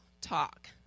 talk